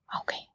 Okay